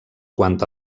quant